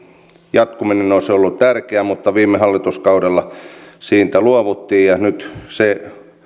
jatkuminen olisi ollut tärkeää mutta viime hallituskaudella siitä luovuttiin nyt se